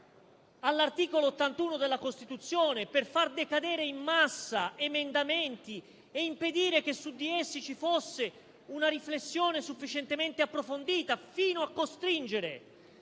all'articolo 81 della Costituzione per far decadere in massa emendamenti ed impedire che su di essi ci fosse una riflessione sufficientemente approfondita fino a costringere